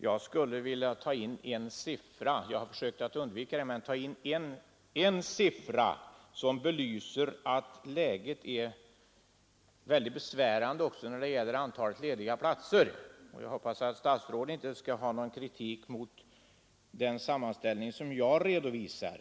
Jag skulle vilja ta in en siffra — jag har tidigare försökt undvika det — som belyser att läget är synnerligen besvärande även när det gäller antalet lediga platser. Jag hoppas att statsrådet inte skall ha någon kritik att rikta mot den sammanställning som jag redovisar.